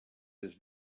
his